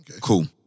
Cool